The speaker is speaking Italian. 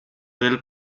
del